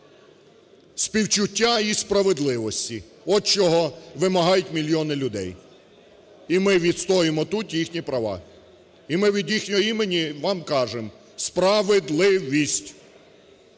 Співчуття і справедливості, от чого вимагають мільйони людей. І ми відстоюємо тут їхні права, і ми від їхнього імені вам кажемо: справедливість,